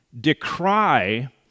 decry